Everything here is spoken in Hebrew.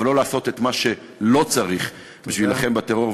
אבל לא לעשות את מה שלא צריך בשביל להילחם בטרור,